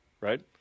Right